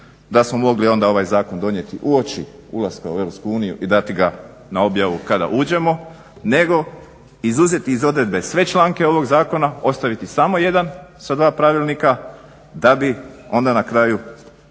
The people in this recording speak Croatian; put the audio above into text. da smo mogli onda ovaj zakon donijeti uoči ulaska u EU i dati ga na objavu kada uđemo nego izuzeti iz odredbe sve članke ovog zakona, ostaviti samo jedan sa dva pravilnika da bi onda na kraju